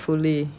rightfully